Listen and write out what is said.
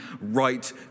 right